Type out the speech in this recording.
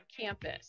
campus